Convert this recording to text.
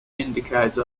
indicate